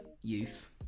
Youth